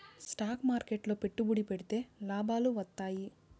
stock మార్కెట్లు లో పెట్టుబడి పెడితే లాభాలు వత్తాయి